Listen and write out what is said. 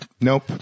nope